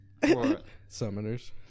Summoners